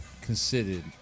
considered